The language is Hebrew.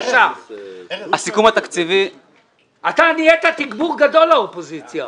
אתה נהיית תגבור גדול לאופוזיציה.